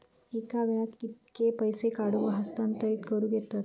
एका वेळाक कित्के पैसे काढूक व हस्तांतरित करूक येतत?